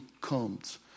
comes